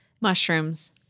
mushrooms